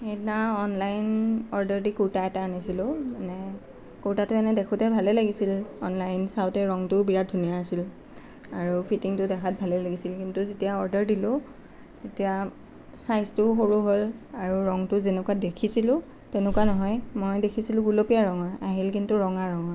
সেইদিনা online order দি কোৰ্তা এটা আনিছিলোঁ মানে কোৰ্তাটো ইনেই দেখোঁতে ভালেই লাগিছিল অনলাইন চাওঁতে ৰংটোও বিৰাট ধুনীয়া আছিল আৰু ফিটিংটো দেখাত ভালেই লাগিছিল কিন্তু যেতিয়া অৰ্ডাৰ দিলোঁ তেতিয়া চাইজটোও সৰু হ'ল আৰু ৰংটো যেনেকুৱা দেখিছিলোঁ তেনেকুৱা নহয় মই দেখিছিলোঁ গোলপীয়া ৰংৰ আহিল কিন্তু ৰঙা ৰংৰ